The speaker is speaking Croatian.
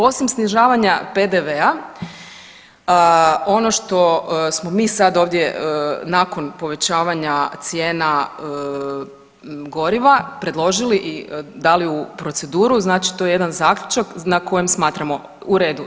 Osim snižavanja PDV-a ono što smo mi sad ovdje nakon povećavanja cijena goriva predložili i dali u proceduru, znači to je jedan zaključak na kojem smatramo u redu.